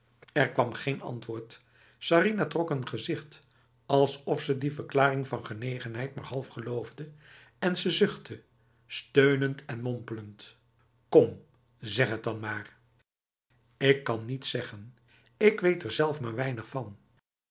er kwam geen antwoord sarinah trok een gezicht alsof ze die verklaring van genegenheid maar half geloofde en ze zuchtte steunend en mompelend kom zeg het dan maar ik kan niets zeggen ik weet er zelf maar weinig van